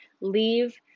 leave